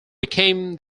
became